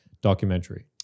documentary